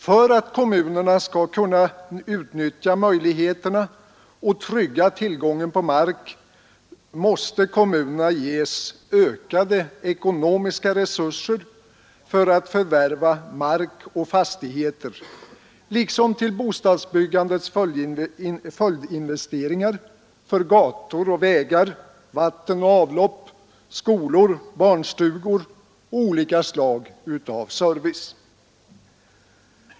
För att kommunerna skall kunna utnyttja möjligheterna och trygga tillgången på mark måste kommunerna ges ökade ekonomiska resurser för att fö till bostadsbyggandets följdinvesteringar, för gator och vägar, vatten och avlopp, skolor, barnstugor och olika slag av service.